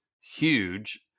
huge